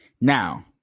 Now